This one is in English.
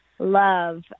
love